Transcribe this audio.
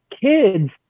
kids